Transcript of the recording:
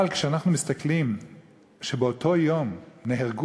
אבל כשאנחנו מסתכלים שבאותו יום נהרגו